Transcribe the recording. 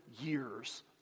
years